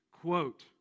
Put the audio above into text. quote